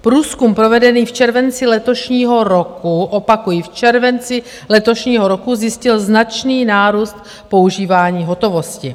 Průzkum, provedený v červenci letošního roku, opakuji v červenci letošního roku, zjistil značný nárůst používání hotovosti.